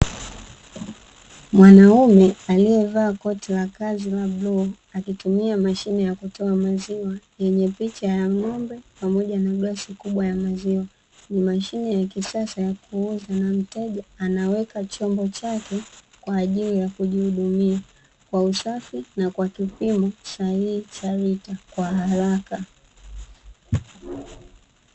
Mwanaume aliyevaa koti la kazi la bluu akitumia mashine ya kutoa maziwa yenye picha ya ng'ombe pamoja na glasi kubwa ya maziwa. Ni mashine ya kisasa ya kuuza na mteja anaweka chombo chake kwa ajili ya kujihudumia kwa usafi na kwa kipimo sahihi cha lita kwa haraka.